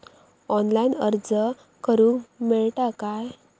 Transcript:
Online अर्ज करूक मेलता काय?